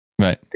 right